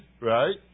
right